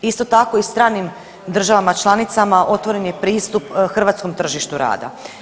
Isto tako i stranim državama članicama otvoren je pristup hrvatskom tržištu rada.